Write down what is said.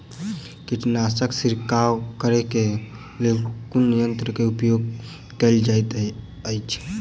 कीटनासक छिड़काव करे केँ लेल कुन यंत्र केँ प्रयोग कैल जाइत अछि?